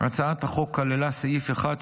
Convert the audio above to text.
הצעת החוק כללה סעיף אחד,